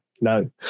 no